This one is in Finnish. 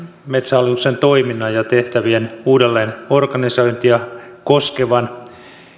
metsähallituksen toiminnan ja ja tehtävien uudelleenorganisointia koskevan